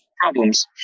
problems